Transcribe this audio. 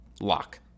Lock